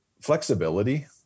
flexibility